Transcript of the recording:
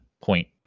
point